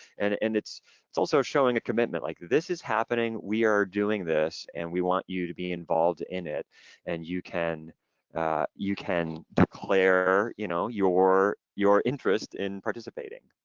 and and it's it's also showing a commitment, like this is happening, we are doing this and we want you to be involved in it and you can can declare you know your your interest in participating.